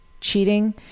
cheating